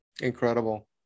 Incredible